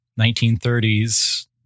1930s